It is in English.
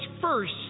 first